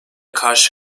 karşı